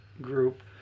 group